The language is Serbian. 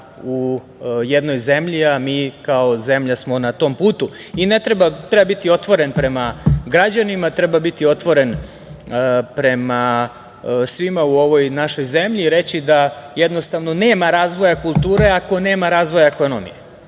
u jednoj zemlji, a mi kao zemlja smo na tom putu. Treba biti otvoren prema građanima, treba biti otvoren prema svima u ovoj našoj zemlji i reći da jednostavno nema razvoja kulture ako nema razvoja ekonomije.